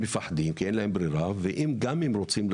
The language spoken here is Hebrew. מפחדים ומרגישים שאין להם ברירה וגם כי אם הם כבר רוצים,